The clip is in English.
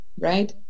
right